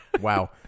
Wow